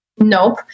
Nope